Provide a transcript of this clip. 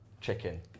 chicken